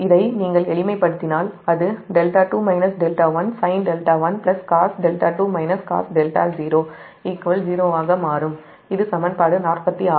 இதை நீங்கள் எளிமைப்படுத்தினால் அது δ2 δ1sin δ1 cosδ2 cosδ0 0 ஆக மாறும் இது சமன்பாடு 46